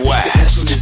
West